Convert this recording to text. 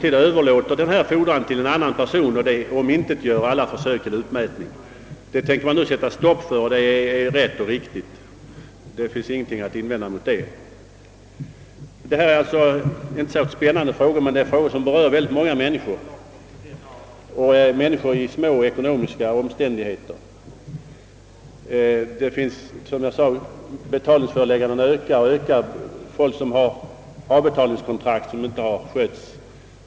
Det är alldeles självklart att vid ett uppskov något riksdagsbeslut inte kommer att föreligga förrän nästa vår.